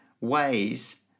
ways